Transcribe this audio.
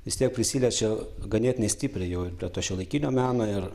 vis tiek prisiliečia ganėtinai stipriai jau ir prie to šiuolaikinio meno ir